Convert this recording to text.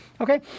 Okay